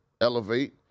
elevate